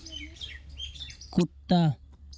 कुत्ता